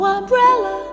umbrella